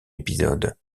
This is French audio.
épisode